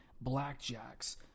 Blackjacks